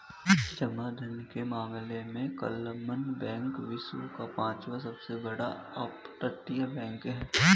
जमा धन के मामले में क्लमन बैंक विश्व का पांचवा सबसे बड़ा अपतटीय बैंक है